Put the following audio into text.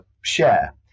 share